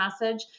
message